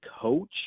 coach